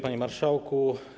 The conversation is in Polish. Panie Marszałku!